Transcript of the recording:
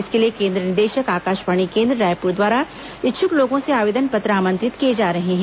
इसके लिए केन्द्र निदेशक आकाशवाणी केन्द्र रायपुर द्वारा इच्छुक लोंगों से आवेदन पत्र आमंत्रित किए जा रहे हैं